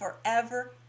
forever